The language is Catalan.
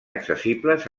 accessibles